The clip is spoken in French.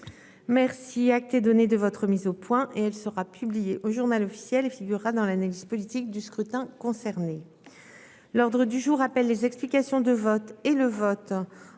Merci acté donner de votre mise au point et elle sera publiée au Journal officiel et figurera dans l'analyse politique du scrutin concernés. L'ordre du jour appelle les explications de vote et le vote